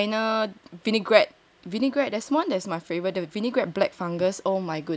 like all the China vinaigrette vinaigrette there's one that is my favourite the vinaigrette black fungus oh my goodness that's heaven